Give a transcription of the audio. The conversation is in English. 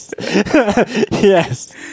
Yes